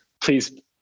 please